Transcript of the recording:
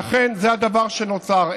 ואכן, זה הדבר שנוצר.